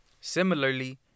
Similarly